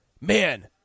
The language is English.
Man